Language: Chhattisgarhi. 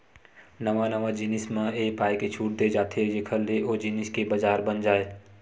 नवा नवा जिनिस म ए पाय के छूट देय जाथे जेखर ले ओ जिनिस के बजार बन जाय